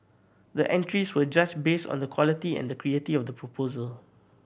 the entries were judged based on the quality and creativity of the proposal